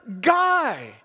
guy